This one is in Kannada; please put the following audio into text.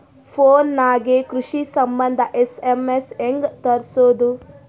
ಫೊನ್ ನಾಗೆ ಕೃಷಿ ಸಂಬಂಧ ಎಸ್.ಎಮ್.ಎಸ್ ಹೆಂಗ ತರಸೊದ?